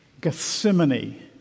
Gethsemane